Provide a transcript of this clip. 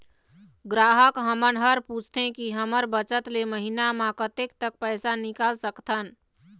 ग्राहक हमन हर पूछथें की हमर बचत ले महीना मा कतेक तक पैसा निकाल सकथन?